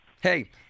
Hey